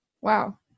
Wow